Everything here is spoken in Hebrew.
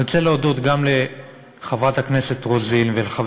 אני רוצה להודות גם לחברת הכנסת רוזין ולחבר